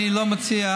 אני לא מציע,